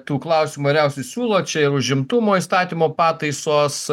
tų klausimų įvairiausių siūlo čia ir užimtumo įstatymo pataisos